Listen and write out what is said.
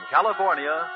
California